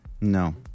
No